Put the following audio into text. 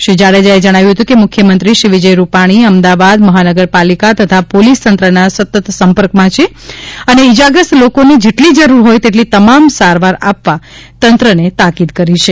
શ્રી જાડેજાએ જણાવ્યું હતું કે મુખ્યમંત્રીશ્રી વિજયભાઈ રૂપાણી અમદાવાદ મહાનગરપાલિકા તથા પોલીસ તંત્રના સતત સંપર્કમાં છે અને ઈજાગ્રસ્ત લોકોને જેટલી જરૂર હોય તેટલી તમામ સારવાર આપવા તંત્રને તાકીદ કરી છે